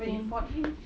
wait you fought him